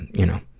and you know,